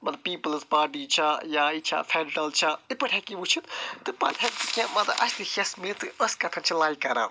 مطلب peoples party چھا یا یہِ چھا فیٚلٹَل چھا تِتھۍ پٲٹھۍ ہیٚکہِ یہِ وُچھِتھ تہٕ پتہٕ ہیٚکہِ کیٚنٛہہ مطلب اسہِ تہِ ہیٚس میٖلِتھ أسی کتھ کتھ چھِ لایک کَران